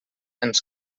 ens